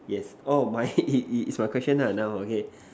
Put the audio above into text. yes oh my is my question right now okay